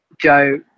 joe